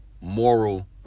moral